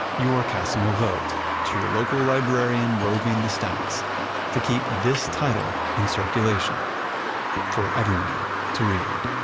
you are casting a vote to your local librarian roving the stacks to keep this title in circulation for everyone to read